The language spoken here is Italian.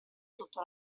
sotto